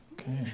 Okay